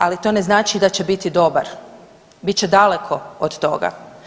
Ali to ne znači da će biti dobar, bit će daleko od toga.